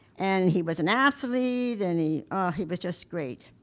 and he was an athlete and he he was just great.